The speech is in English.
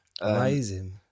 Amazing